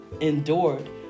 endured